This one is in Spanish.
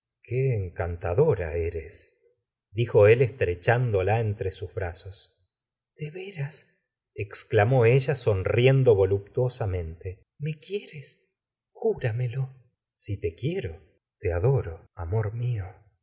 qué encantadora eres dijo él estrechándola entre sus brazos de veras exclamó ella sonriendo voluptúosamente me quieres júramelo si te quiero te adoro amor mio